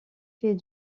fait